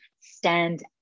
stand